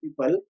people